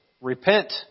repent